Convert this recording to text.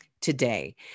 today